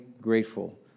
grateful